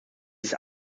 ist